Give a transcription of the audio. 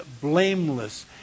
blameless